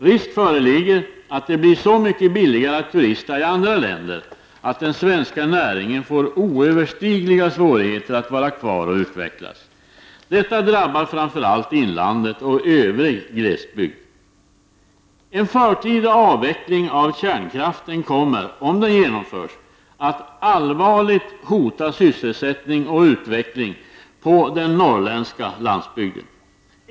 Risk föreligger att det blir så mycket billigare att turista i andra länder, att den svenska näringen får oöverstigliga svårigheter att vara kvar och utvecklas. Detta drabbar framför allt inlandet och övrig glesbygd. En förtida avveckling av kärnkraften kommer, om den genomförs, att allvarligt hota sysselsättning i och utveckling av den norrländska landsbygden.